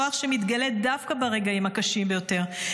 כוח שמתגלה דווקא ברגעים הקשים ביותר.